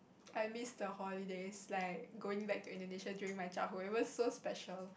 I miss the holidays like going back to Indonesia during my childhood it was so special